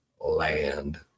land